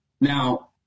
Now